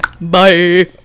Bye